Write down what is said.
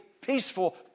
peaceful